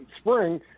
spring